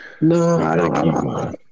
No